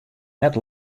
net